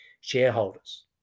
shareholders